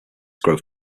growth